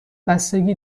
بستگی